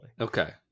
okay